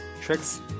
tricks